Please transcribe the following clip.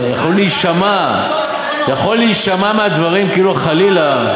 אבל יכול להישמע מהדברים כאילו חלילה.